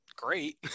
great